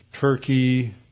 Turkey